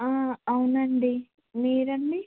అవునండి మీరండి